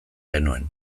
genuen